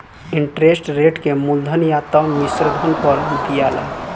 interest rate के मूलधन या त मिश्रधन पर दियाला